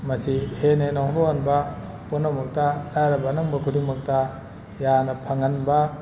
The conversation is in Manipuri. ꯃꯁꯤ ꯍꯦꯟꯅ ꯍꯦꯟꯅ ꯍꯣꯡꯗꯣꯛꯍꯟꯕ ꯄꯨꯝꯅꯃꯛꯇ ꯂꯥꯏꯔꯕ ꯑꯅꯪꯕ ꯈꯨꯗꯤꯡꯃꯛꯇ ꯌꯥꯝꯅ ꯐꯪꯍꯟꯕ